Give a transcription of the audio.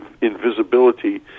invisibility